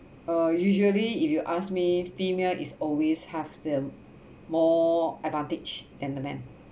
uh usually if you ask me female is always have the more advantage than the man